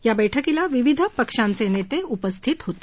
या बैठकीला विविध पक्षांचे नेते उपस्थित होते